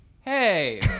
Hey